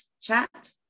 chat